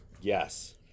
Yes